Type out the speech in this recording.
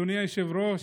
אדוני היושב-ראש,